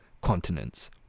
continents